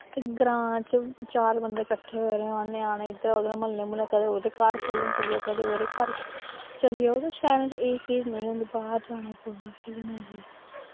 ते ग्रांऽ च चार बंदे कट्ठे होए दे होन ञ्यानें इद्धरा उद्धरा म्हल्ले म्हूल्ले कदें ओह्दे घर खेलन चली जाओ कदें ओह्दे घर चली जाओ ते शैह्रें च एह् चीज़ नेईं होंदी बाह्र जाने पौंदा खेलने गी